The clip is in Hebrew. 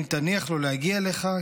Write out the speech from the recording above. אם תניח לו להגיע אליך,